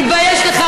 תתבייש לך.